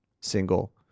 single